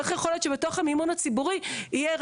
איך יכול להיות שבתוך המימון הציבורי תהיה,